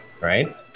right